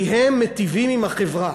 כי הם מיטיבים עם החברה,